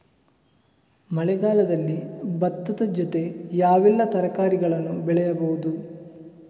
ಮಳೆಗಾಲದಲ್ಲಿ ಭತ್ತದ ಜೊತೆ ಯಾವೆಲ್ಲಾ ತರಕಾರಿಗಳನ್ನು ಬೆಳೆಯಬಹುದು?